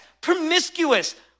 promiscuous